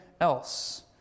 else